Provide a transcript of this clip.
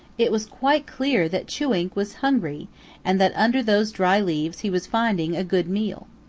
it was quite clear that chewink was hungry and that under those dry leaves he was finding a good meal.